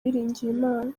uwiringiyimana